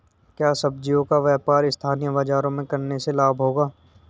क्या सब्ज़ियों का व्यापार स्थानीय बाज़ारों में करने से लाभ होगा?